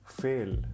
fail